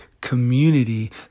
community